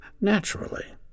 naturally